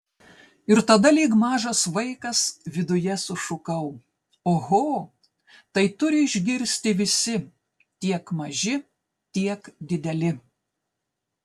ir tada lyg mažas vaikas viduje sušukau oho tai turi išgirsti visi tiek maži tiek dideli